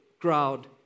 crowd